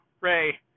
Ray